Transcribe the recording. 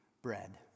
Bread